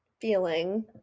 feeling